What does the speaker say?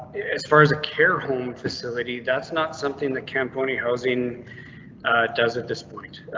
as far as a care home facility, that's not something that can pony housing does. at this point,